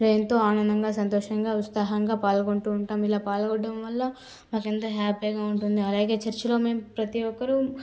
ఎంతో ఆనందంగా సంతోషంగా ఉత్సాహంగా పాలుగొంటూ ఉంటాం ఇలా పాలుగొనుట వల్ల నాకెంతో హ్యాపీగా ఉంటుంది అలాగే చర్చులో మేము ప్రతీ ఒక్కరు